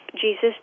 *Jesus